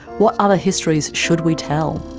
what other histories should we tell?